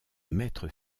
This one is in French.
maître